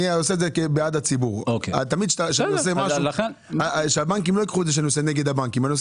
אני עושה את זה בעד הציבור, ולא נגד הבנקים.